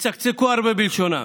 יצקצקו הרבה בלשונם,